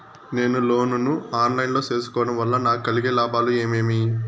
నేను లోను ను online లో సేసుకోవడం వల్ల నాకు కలిగే లాభాలు ఏమేమీ?